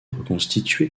reconstitué